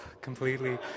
completely